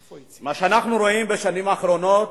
מה שאנחנו רואים בשנים האחרונות,